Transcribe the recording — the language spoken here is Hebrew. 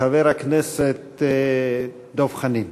חבר הכנסת דב חנין.